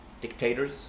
Dictators